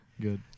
Good